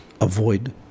avoid